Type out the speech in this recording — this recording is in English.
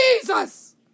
Jesus